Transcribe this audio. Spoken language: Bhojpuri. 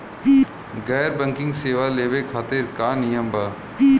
गैर बैंकिंग सेवा लेवे खातिर का नियम बा?